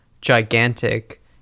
gigantic